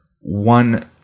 one